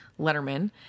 letterman